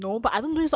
deficiency